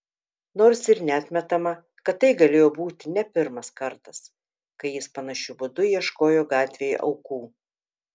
nors ir neatmetama kad tai galėjo būti ne pirmas kartas kai jis panašiu būdu ieškojo gatvėje aukų